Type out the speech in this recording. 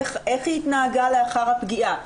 איך היא התנהגה לאחר הפגיעה,